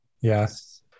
Yes